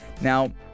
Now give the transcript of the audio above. now